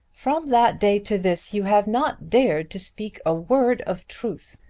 from that day to this, you have not dared to speak a word of truth.